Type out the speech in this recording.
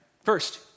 First